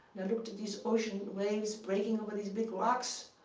i looked at these ocean waves breaking over these big rocks.